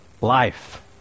life